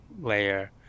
layer